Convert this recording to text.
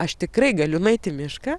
aš tikrai galiu nueit į mišką